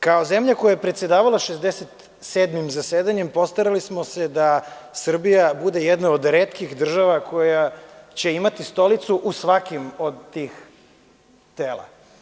Kao zemlja koja je predsedavala 67. zasedanjem postarali smo se da Srbija bude jedna od retkih država koja će imati stolicu u svakom od tih tela.